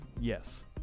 yes